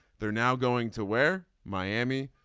they're now going to wear miami.